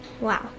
wow